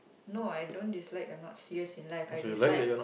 no I don't dislike I'm not serious in life I dislike